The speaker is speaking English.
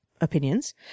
opinions